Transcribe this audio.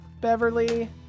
Beverly